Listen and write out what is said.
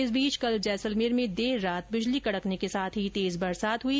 इस बीच कल जैसलमेर में देर रात बिजली कड़कने के साथ ही तेज बरसात हुई